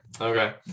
okay